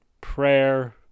prayer